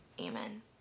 Amen